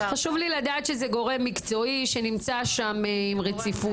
חשוב לי לדעת שזה גורם מקצועי שנמצא שם עם רציפות.